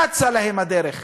אצה להם הדרך,